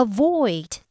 Avoid